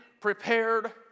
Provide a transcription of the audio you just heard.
prepared